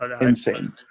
Insane